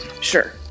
Sure